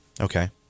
Okay